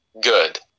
good